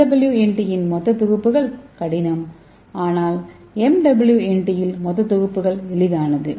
SWNT இன் மொத்த தொகுப்புகள் கடினம் ஆனால் MWNT இல் மொத்த தொகுப்புகள் எளிதானது